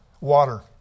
water